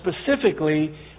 specifically